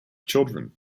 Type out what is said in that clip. children